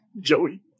Joey